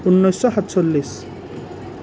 ঊনৈছশ সাতচল্লিছ